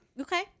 Okay